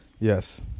Yes